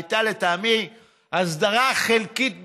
הייתה לטעמי הסדרה חלקית בלבד.